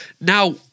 Now